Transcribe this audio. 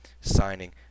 signing